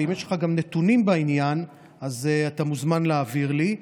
ואם יש לך נתונים בעניין, אתה מוזמן להעביר לי.